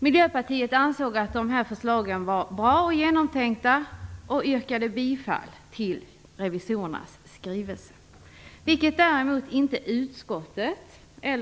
Miljöpartiet ansåg att förslagen var bra och genomtänkta och yrkade bifall till revisorernas skrivelse.